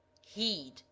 heed